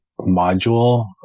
module